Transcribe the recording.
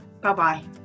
bye-bye